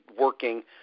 working